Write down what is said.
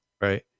Right